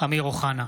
אמיר אוחנה,